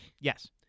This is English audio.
Yes